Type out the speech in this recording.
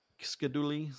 schedule